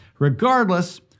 Regardless